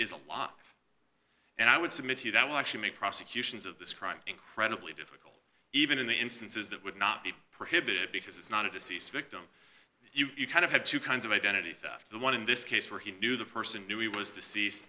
is a lot and i would submit to you that will actually make prosecutions of this crime incredibly difficult even in the instances that would not be prohibited because it's not a deceased victim you kind of had two kinds of identity theft the one in this case where he knew the person knew he was deceased